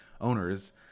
owners